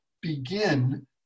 begin